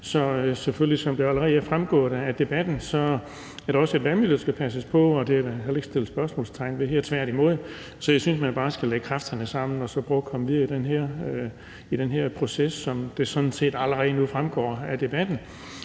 der selvfølgelig, som det allerede er fremgået af debatten, også et vandmiljø, der skal passes på, og det er der heller ikke sat spørgsmålstegn ved her, tværtimod. Så jeg synes, at man bare skal lægge kræfterne sammen og så prøve at komme videre i den her proces, som det sådan set allerede nu fremgår af debatten.